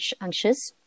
anxious